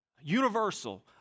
universal